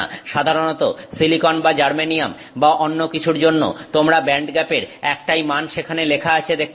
সাধারণত সিলিকন বা জার্মেনিয়াম বা অন্য কিছুর জন্য তোমরা ব্যান্ডগ্যাপের একটাই মান সেখানে লেখা আছে দেখতে পাবে